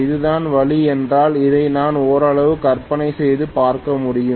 இதுதான் வழி என்றால் இதை நான் ஓரளவு கற்பனை செய்து பார்க்க முடியும்